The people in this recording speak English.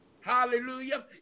hallelujah